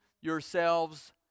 yourselves